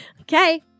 okay